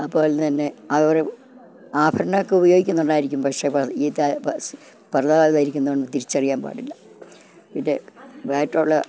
അതുപോലെ തന്നെ അവർ ആഭരണമൊക്കെ ഉപയോഗിക്കുന്നുണ്ടായിരിക്കും പക്ഷെ പ ഈ പറുദാ ധരിക്കുന്നതു കൊണ്ട് തിരിച്ചറിയാൻ പാടില്ല പിന്നെ വയറുള്ള